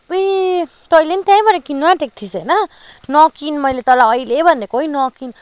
अपुई तैँले नि त्यहीँबाट किन्न आँटेको थिइस् होइन नकिन मैले तँलाई अहिल्यै भनिदिएको ओइ नकिन्